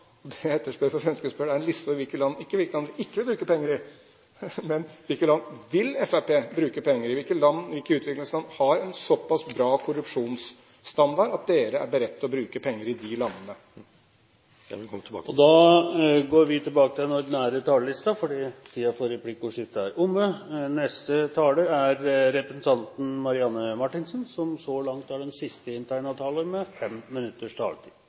jeg etterspør fra Fremskrittspartiet, er ikke en liste over hvilke land vi ikke kan bruke penger i, men hvilke land Fremskrittspartiet vil bruke penger i – hvilke utviklingsland har en såpass bra korrupsjonsstandard at man er beredt til å bruke penger i de landene. Det må vi komme tilbake til. Replikkordskiftet er omme. I et land hvor vi har valgt å ha en miljø- og utviklingsminister, framstår kanskje sammenhengen mellom de to feltene som åpenbar. Det er intuitivt lett å forstå at klimaendringer – med alt det fører med